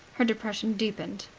her depression deepened.